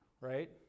Right